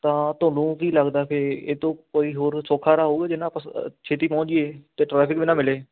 ਤਾਂ ਤੁਹਾਨੂੰ ਕੀ ਲੱਗਦਾ ਕਿ ਇਹ ਤੋਂ ਕੋਈ ਹੋਰ ਸੌਖਾ ਰਾਹ ਹੋਵੇਗਾ ਜਿੰਨਾਂ ਛੇਤੀ ਪਹੁੰਚ ਜਾਈਏ ਅਤੇ ਟਰੈਫਿਕ ਵੀ ਨਾ ਮਿਲੇ